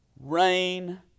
rain